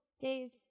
Dave